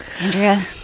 Andrea